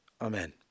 Amen